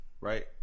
Right